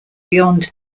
beyond